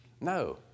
no